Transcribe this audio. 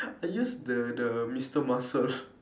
I use the the mister muscle